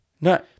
No